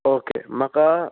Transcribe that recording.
okay म्हाका